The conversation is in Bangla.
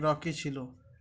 রকি ছিলো